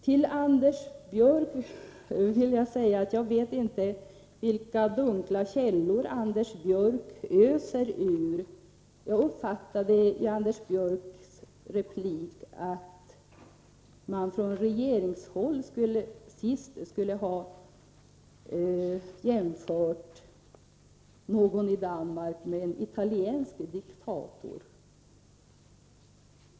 Sedan vet jag inte vilka dunkla källor Anders Björck öser ur. Jag uppfattade hans replik så att man från regeringshåll skulle ha jämfört någon i Danmark med en italiensk diktator.